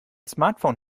smartphone